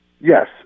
Yes